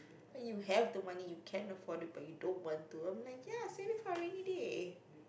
but you have the money you can afford to but you don't want to and I'm like ya save it for rainy day